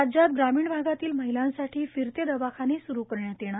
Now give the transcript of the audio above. राज्यात ग्रामीण भागातील महिलांसाठी फिरते दवाखोन सुरू करण्यात येणार